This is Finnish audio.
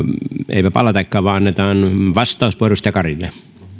eipä palatakaan vaan annetaan vastauspuheenvuoro edustaja karille arvoisa herra